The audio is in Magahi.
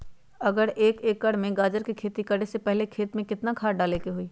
अगर एक एकर में गाजर के खेती करे से पहले खेत में केतना खाद्य डाले के होई?